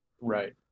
Right